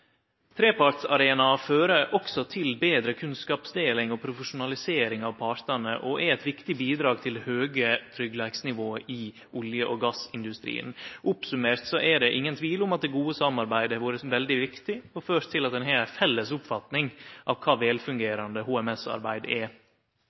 fører også til betre kunnskapsdeling og profesjonalisering av partane og er eit viktig bidrag til høge tryggleiksnivå i olje- og gassindustrien. Oppsummert er det ingen tvil om at det gode samarbeidet har vore veldig viktig og har ført til at ein har ei felles oppfatning av kva